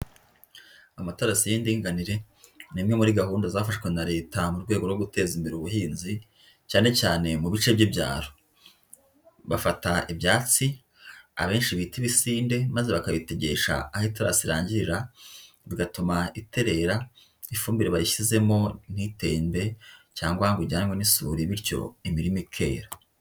Amatarasi y'indinganire ni imwe muri gahunda zafashwe na leta mu rwego rwo guteza imbere ubuhinzi, cyane cyane mu bice by'ibyaro. Bafata ibyasi abenshi bita ibisinde, maze bakabitegesha aho itarasi irangirira, bigatuma iterera, ifumbire bayishyizemo ntitembe cyangwa ngo ijyanwe n'isuri, bityo imirima ikera.